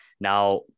Now